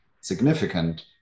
significant